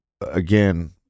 again